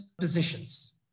positions